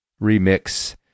remix